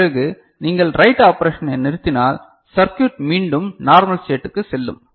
பிறகு நீங்கள் ரைட் ஆப்பரேஷனை நிறுத்தினால் சர்க்யூட் மீண்டும் நார்மல் ஸ்டேட்டுக்கு செல்லும்